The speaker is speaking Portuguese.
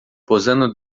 posando